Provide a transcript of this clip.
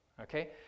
okay